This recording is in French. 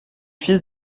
fils